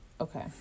okay